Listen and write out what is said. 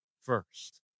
first